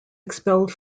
expelled